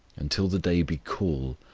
until the day be cool,